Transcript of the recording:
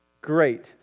Great